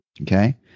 Okay